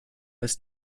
ist